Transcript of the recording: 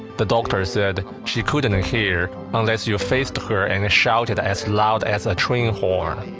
the doctor said she couldn't hear, unless you faced her and shouted as loud as a train horn.